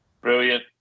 Brilliant